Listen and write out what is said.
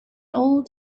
old